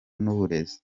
n’uburezi